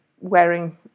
wearing